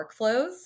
workflows